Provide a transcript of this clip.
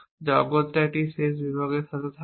যা অগত্যা একটি শেষ বিভাগের সাথে থাকবে